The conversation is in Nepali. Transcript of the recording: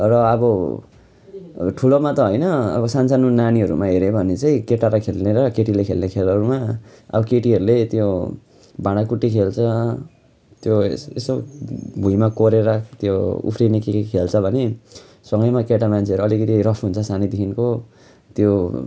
र अब ठुलोमा त होइन अब सानो सानो नानीहरूमा हेर्यौँ भने चाहिँ केटाले खेल्ने र केटीले खेल्ने खेलहरूमा अब केटीहरूले त्यो भाँडाकुटी खेल्छ त्यो यस यसो भुइँमा कोरेर त्यो उफ्रिने के के खेल्छ भने सँगैमा केटा मान्छेहरू अलिकति रफ हुन्छ सानैदेखिको त्यो